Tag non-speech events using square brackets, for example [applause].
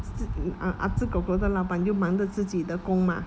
[noise] ah ah zi kor kor 的老板又忙着自己的工 mah